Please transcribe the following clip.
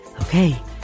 Okay